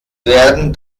werden